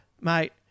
mate